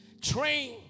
Train